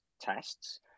tests